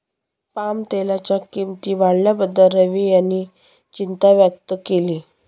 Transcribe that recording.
पामतेलाच्या किंमती वाढल्याबद्दल रवी यांनी चिंता व्यक्त केली